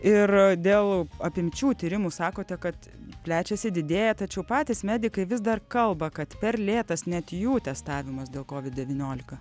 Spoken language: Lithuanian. ir dėl apimčių tyrimų sakote kad plečiasi didėja tačiau patys medikai vis dar kalba kad per lėtas net jų testavimas dėl covid devyniolika